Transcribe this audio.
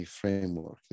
framework